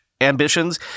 ambitions